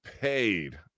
paid